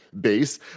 base